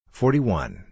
forty-one